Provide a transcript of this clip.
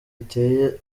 iteye